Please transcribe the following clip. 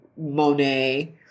Monet